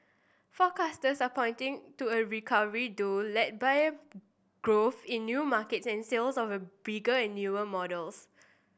forecasters are pointing to a recovery though led by growth in new markets and sales of bigger and newer models